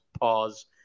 Pause